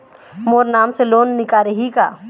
मोर नाम से लोन निकारिही का?